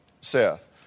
Seth